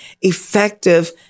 effective